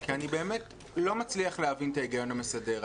כי אני באמת לא מצליח להבין את ההיגיון המסדר.